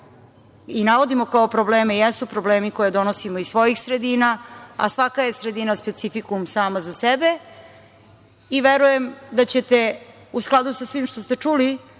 i navodimo kao probleme jesu problemi koje donosimo iz svojih sredina, a svaka je sredina specifikum sama za sebe. Verujem da ćete, u skladu sa svim što ste čuli,